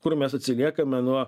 kur mes atsiliekame nuo